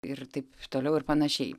ir taip toliau ir panašiai